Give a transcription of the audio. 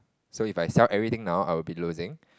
so if I sell everything now I will be losing